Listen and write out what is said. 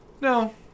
no